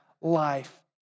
life